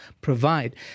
Provide